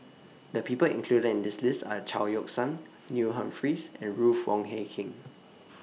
The People included in This list Are Chao Yoke San Neil Humphreys and Ruth Wong Hie King